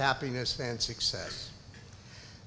happiness and success